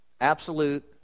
absolute